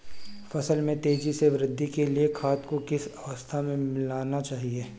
फसल में तेज़ी से वृद्धि के लिए खाद को किस अवस्था में मिलाना चाहिए?